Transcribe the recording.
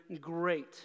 great